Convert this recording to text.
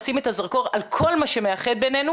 לשים את הזרקור על כל מה שמאחד בינינו